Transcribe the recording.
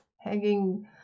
hanging